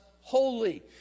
holy